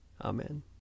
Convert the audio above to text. Amen